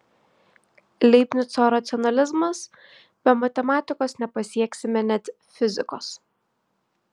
leibnico racionalizmas be matematikos nepasieksime net fizikos